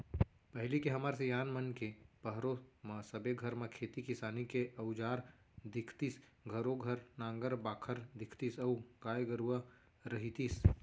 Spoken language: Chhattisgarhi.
पहिली के हमर सियान मन के पहरो म सबे घर म खेती किसानी के अउजार दिखतीस घरों घर नांगर बाखर दिखतीस अउ गाय गरूवा रहितिस